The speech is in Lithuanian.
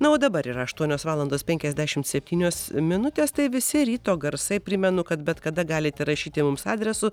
na o dabar yra aštuonios valandos penkiasdešimt septynios minutės tai visi ryto garsai primenu kad bet kada galite rašyti mums adresu